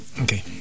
Okay